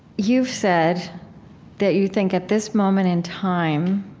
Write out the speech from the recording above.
you've said that you think at this moment in time,